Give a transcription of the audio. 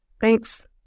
Thanks